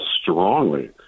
strongly